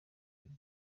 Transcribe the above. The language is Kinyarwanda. kuri